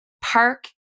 park